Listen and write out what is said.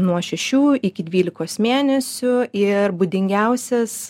nuo šešių iki dvylikos mėnesių ir būdingiausias